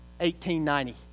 1890